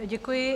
Děkuji.